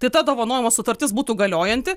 tai ta dovanojimo sutartis būtų galiojanti